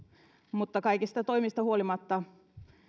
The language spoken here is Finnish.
mutta kaikista toimista huolimatta